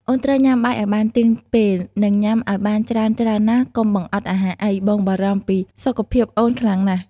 អូនត្រូវញ៉ាំបាយឱ្យបានទៀងពេល និងញ៉ាំឱ្យបានច្រើនៗណា កុំបង្អត់អាហារអី បងបារម្ភពីសុខភាពអូនខ្លាំងណាស់។